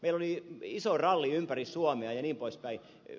meillä oli iso ralli ympäri suomea jnp